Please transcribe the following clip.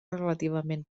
relativament